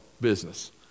business